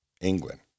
England